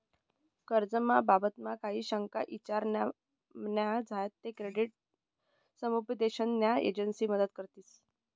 कर्ज ना बाबतमा काही शंका ईचार न्या झायात ते क्रेडिट समुपदेशन न्या एजंसी मदत करतीस